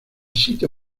sitio